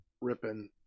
ripping